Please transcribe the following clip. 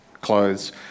clothes